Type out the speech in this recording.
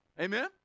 Amen